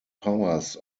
powers